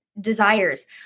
desires